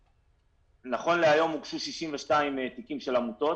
נכון להיום הוגשו 62 תיקים של עמותות.